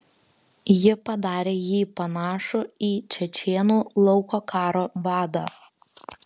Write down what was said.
ji padarė jį panašų į čečėnų lauko karo vadą